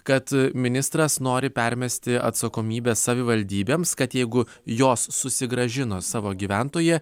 kad ministras nori permesti atsakomybę savivaldybėms kad jeigu jos susigrąžino savo gyventoją